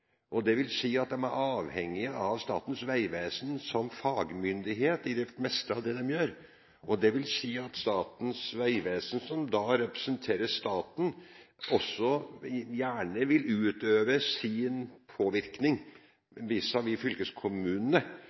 at de er avhengig av Statens vegvesen som fagmyndighet i det meste av det de gjør. Det vil igjen si at Statens vegvesen, som da representerer staten, gjerne vil utøve sin påvirkning vis-à-vis fylkeskommunene.